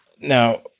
Now